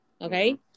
Okay